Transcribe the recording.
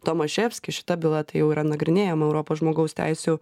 tomaševskį šita byla tai jau yra nagrinėjama europos žmogaus teisių